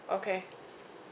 okay